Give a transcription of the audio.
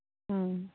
ହୁଁ